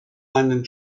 einen